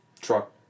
truck